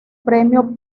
premio